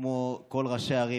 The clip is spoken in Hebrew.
כמו את של כל ראשי הערים,